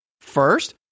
First